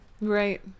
Right